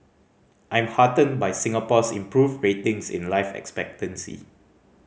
I'm heartened by Singapore's improved ratings in life expectancy